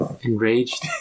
enraged